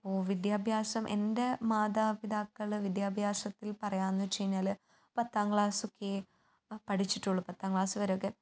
അപ്പോൾ വിദ്യാഭ്യാസം എൻ്റെ മാതാപിതാക്കളുടെ വിദ്യാഭ്യാസത്തിൽ പറയാമെന്ന് വച്ച് കഴിഞ്ഞാല് പത്താം ക്ലാസ്സൊക്കെ പഠിച്ചിട്ടൊള്ളൂ പത്താം ക്ലാസ്സ് വരെയൊക്കെ